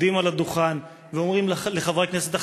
עומדים על הדוכן ואומרים לחברי הכנסת החרדים: